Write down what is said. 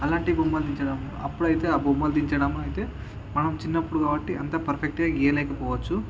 అలాంటి బొమ్మలు దించడం అప్పుడయితే ఆ బొమ్మలు దించడం అయితే మనం చిన్నప్పుడు కాబట్టి అంత పర్ఫెక్ట్గా గీయలేకపోవచ్చు